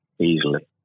easily